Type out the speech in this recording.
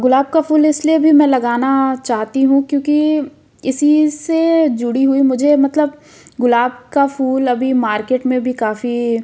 गुलाब का फूल इसलिए भी मैं लगाना चाहती हूँ क्योंकि इसी से जुड़ी हुई मुझे मतलब गुलाब का फूल अभी मार्केट में भी काफ़ी